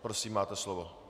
Prosím, máte slovo.